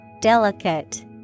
delicate